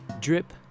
Drip